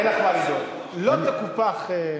אין לך מה לדאוג, לא תקופח זכותך.